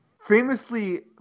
Famously